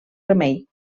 remei